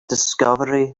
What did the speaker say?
discovery